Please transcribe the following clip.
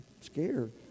scared